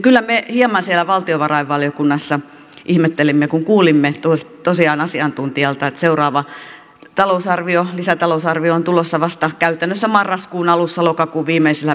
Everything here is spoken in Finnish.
kyllä me hieman siellä valtiovarainvaliokunnassa ihmettelimme kun kuulimme tosiaan asiantuntijalta että seuraava lisätalousarvio on tulossa vasta käytännössä marraskuun alussa lokakuun viimeisillä päivillä